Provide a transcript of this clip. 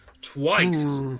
twice